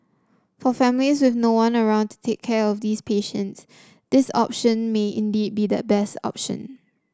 for families with no one around to take care of these patients this option may indeed be the best option